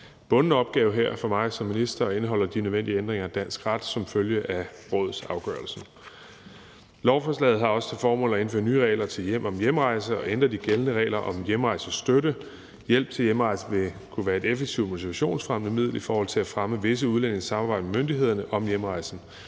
bunden opgave her for mig som minister og indeholder de nødvendige ændringer af dansk ret som følge af Rådets afgørelse. Lovforslaget har også til formål at indføre nye regler om hjælp til hjemrejse og ændre de gældende regler om hjemrejsestøtte. Hjælp til hjemrejse vil kunne være et effektivt motivationsfremmende middel i forhold til at fremme visse udlændinges samarbejde med myndighederne om hjemrejse.